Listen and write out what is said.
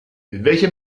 welche